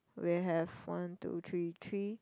we have one two three three